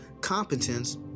competence